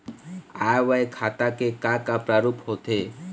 आय व्यय खाता के का का प्रारूप होथे?